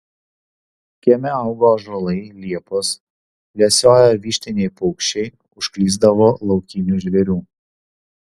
kieme augo ąžuolai liepos lesiojo vištiniai paukščiai užklysdavo laukinių žvėrių